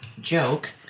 joke